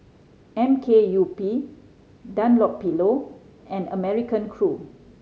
M K U P Dunlopillo and American Crew